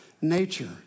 nature